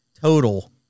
total